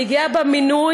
אני גאה במינוי,